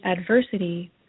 Adversity